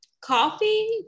coffee